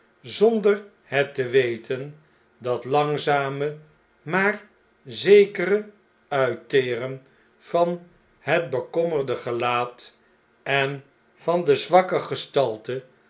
zonder het te weten dat langzame maar zekere uitteren van het bekommerde gelaat en van de zwakke gestalte